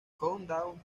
countdown